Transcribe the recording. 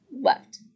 left